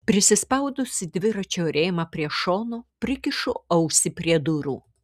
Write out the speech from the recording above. prisispaudusi dviračio rėmą prie šono prikišu ausį prie durų